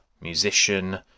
musician